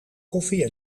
koffie